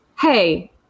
hey